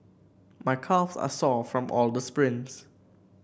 my calves are sore from all the sprints